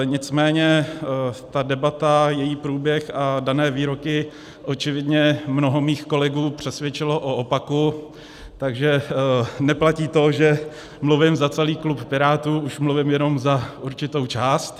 Nicméně ta debata, její průběh a dané výroky očividně mnoho mých kolegů přesvědčily o opaku, takže neplatí to, že mluvím za celý klub Pirátů, už mluvím jenom za určitou část.